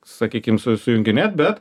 sakykim su sujunginėt bet